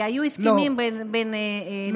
כי היו הסכמים בין המשרדים.